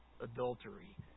adultery